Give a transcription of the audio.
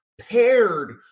paired